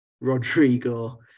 Rodrigo